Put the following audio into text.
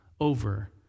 over